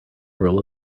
rule